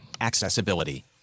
Accessibility